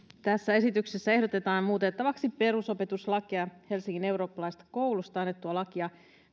esityksessä ehdotetaan muutettavaksi perusopetuslakia ja helsingin eurooppalaisesta koulusta annettua lakia